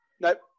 nope